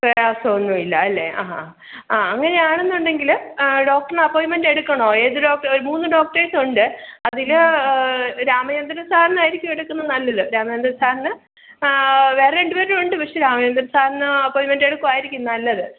പ്രയാസം ഒന്നും ഇല്ല അല്ലേ ആ ആ ആ അങ്ങനെയാണെന്നുണ്ടെങ്കിൽ ഡോക്ടറിന് അപ്പോയിന്റ്മെൻറ് എടുക്കണോ ഏതു ഡോക്റ്റ് മൂന്ന് ഡോക്ടഴ്സ് ഉണ്ട് അതിൽ രാമചന്ദ്രന് സാറിനായിരിക്കും എടുക്കുന്നത് നല്ലത് രാമചന്ദ്രന് സാറിന് വേറെ രണ്ടുപേരുണ്ട് പക്ഷേ രാമചന്ദ്രന് സാറിന് അപ്പോയിൻറ്മെൻറ് എടുക്കുവായിരിക്കും നല്ലത്